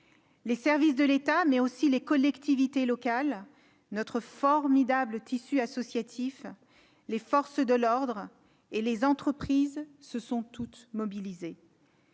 Les services de l'État, mais aussi les collectivités locales, notre formidable tissu associatif, les forces de l'ordre et les entreprises se sont mobilisés.